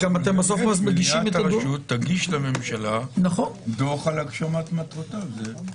"מליאת הרשות תגיש לממשלה דוח על הגשמת מטרותיו של החוק."